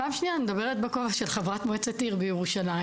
פעם שנייה אני מדברת בכובע של חברת מועצת עיר בירושלים.